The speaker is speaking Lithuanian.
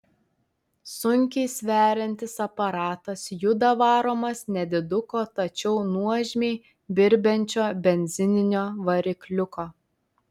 sunkiai sveriantis aparatas juda varomas nediduko tačiau nuožmiai birbiančio benzininio varikliuko